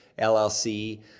LLC